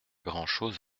grand’chose